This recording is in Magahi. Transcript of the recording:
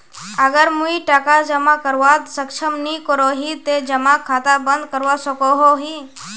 अगर मुई टका जमा करवात सक्षम नी करोही ते जमा खाता बंद करवा सकोहो ही?